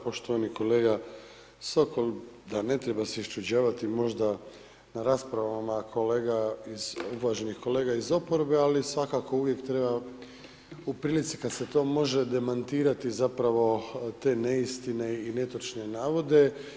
Poštovani kolega Sokol, da ne treba se iščuđavati možda na raspravama, kolega iz, uvaženi kolega iz oporbe, ali svakako uvijek treba u prilici kad se to može demantirati zapravo te neistine i netočne navode.